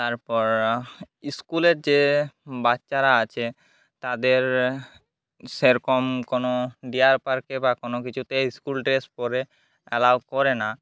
তারপর ইস্কুলের যে বাচ্চারা আছে তাদের সেরকম কোনো ডিয়ার পার্কে বা কোনও কিছুতে ইস্কুল ড্রেস পরে অ্যালাও করে না